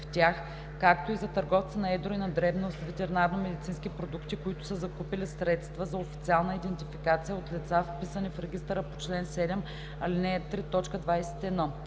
в тях, както и за търговци на едро и на дребно с ветеринарномедицински продукти, които са закупили средства за официална идентификация от лица, вписани в регистъра по чл. 7, ал. 3, т.